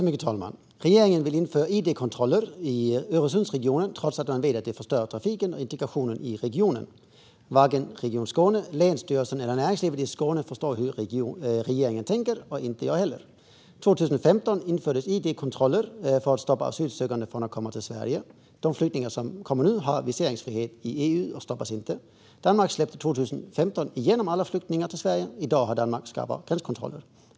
Fru talman! Regeringen vill införa id-kontroller i Öresundsregionen trots att man vet att det förstör trafiken och integrationen i regionen. Varken Region Skåne, länsstyrelsen eller näringslivet i Skåne förstår hur regeringen tänker och inte heller jag. År 2015 infördes id-kontroller för att hindra asylsökande från att komma till Sverige. De flyktingar som kommer nu har viseringsfrihet i EU och stoppas inte. Danmark släppte 2015 igenom alla flyktingar till Sverige. I dag har Danmark skarpa gränskontroller.